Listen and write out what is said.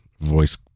voice